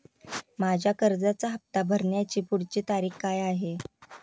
माझ्या कर्जाचा हफ्ता भरण्याची पुढची तारीख काय आहे?